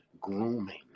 grooming